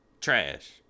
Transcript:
Trash